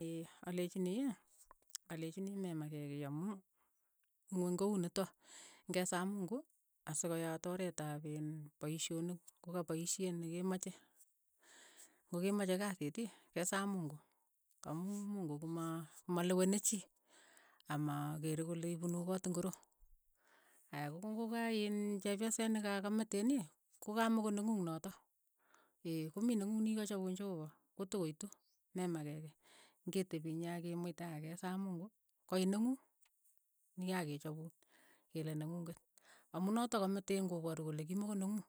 alechini ii alechini me makee kei amu ng'weny ko uu nitok, ng'e saa mungu asikoyaat oreet ap iin paishonik ko ka paishet ne ke mache, ko kemache kasiit ii kesaa mungu amu mungu ko maa maleweni chii, ama kere kole ipunu koot ingoro, aya ko nga kaa iin chepiyoset ne ka- kameteen ii, ko ka moko ne ngung' notok, komii neng'ung ne ki ka chapuun cheopa, ko to koitu, me makeekei, ngetepii inyee ak kimuite ak kesaa mungu koit neng'ung, ni ki kakechapun, kele neng'unget, amu notok kameteen ko paru kole kimokoneng'ung,